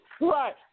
Right